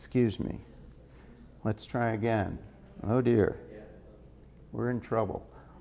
excuse me let's try again oh dear we're in trouble